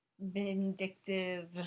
vindictive